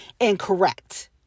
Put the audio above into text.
incorrect